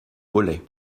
mollets